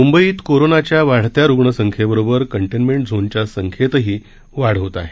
मुंबईत कोरोनाच्या वाढत्या रुग्ण संख्येबरोबर कंटेन्मेंट झोनच्या संख्येतही वाढ होत आहे